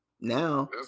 now